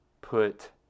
put